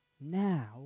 now